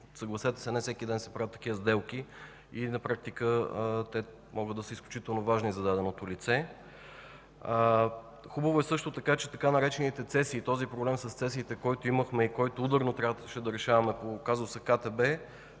съгласете се, не всеки ден се правят такива сделки. На практика те могат да са изключително важни за даденото лице. Хубаво е също така, че така наречените „цесии” – този проблем с цесиите, който имахме и който ударно трябваше да решаваме по казуса КТБ,